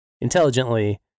intelligently